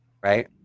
right